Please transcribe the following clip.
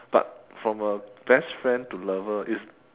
but from a best friend to lover is